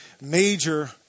major